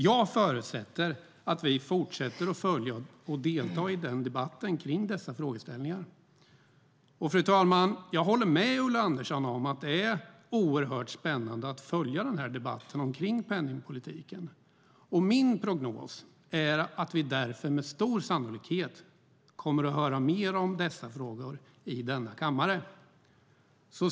Jag förutsätter att vi fortsätter att följa och delta i debatten kring dessa frågeställningar. Fru talman! Jag håller med Ulla Andersson om att det är oerhört spännande att följa debatten om penningpolitiken. Min prognos är att vi därför med stor sannolikhet kommer att höra mer om dessa frågor i denna kammare.